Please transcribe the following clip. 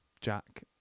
Jack